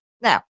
Now